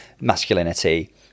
masculinity